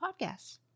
podcasts